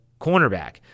cornerback